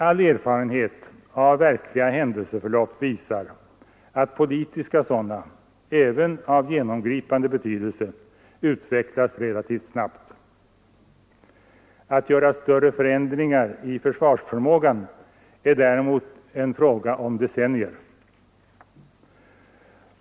All erfarenhet av verkliga händelseförlopp visar att politiska sådana — även av genomgripande betydelse — utvecklas relativt snabbt. Att göra större förändringar i försvarsförmågan är däremot en fråga om decennier.